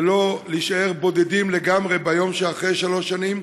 ולא יישארו בודדים לגמרי ביום שאחרי שלוש השנים,